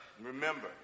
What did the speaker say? Remember